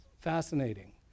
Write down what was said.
Fascinating